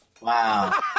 Wow